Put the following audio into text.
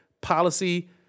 policy